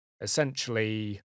essentially